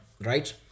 right